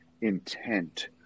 intent